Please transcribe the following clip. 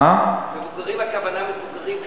מבוגרים, הכוונה למבוגרים קשישים.